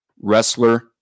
Wrestler